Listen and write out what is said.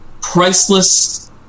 priceless